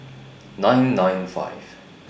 nine nine five